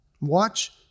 Watch